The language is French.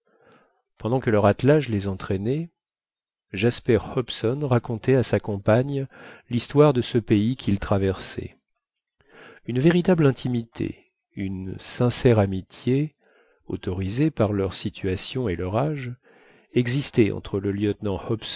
pendant que leur attelage les entraînait jasper hobson racontait à sa compagne l'histoire de ce pays qu'ils traversaient une véritable intimité une sincère amitié autorisée par leur situation et leur âge existait entre le lieutenant